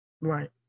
right